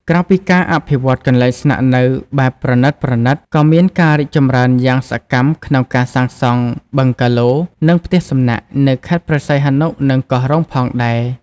ក្រៅពីការអភិវឌ្ឍន៍កន្លែងស្នាក់នៅបែបប្រណីតៗ ក៏មានការរីកចម្រើនយ៉ាងសកម្មក្នុងការសាងសង់ បឹងហ្គាឡូ និង ផ្ទះសំណាក់ នៅខេត្តព្រះសីហនុ និងកោះរ៉ុងផងដែរ។